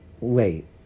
Wait